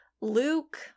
Luke